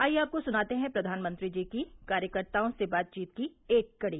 आइये आपको सुनाते हैं प्रधानमंत्री जी की कार्यकताओं से बातचीत की एक कड़ी